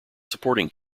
supporting